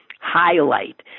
highlight